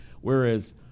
whereas